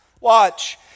Watch